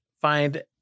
find